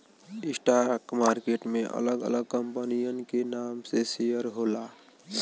stock market में अलग अलग कंपनियन के नाम से शेयर होला